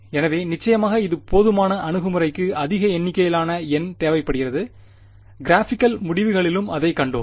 எனவே நிச்சயமாக இது போதுமான அணுகுமுறைக்கு அதிக எண்ணிக்கையிலான N தேவைப்படுகிறது கிராபிக்கல் முடிவுகளிலும் அதைக் கண்டோம்